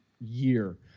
year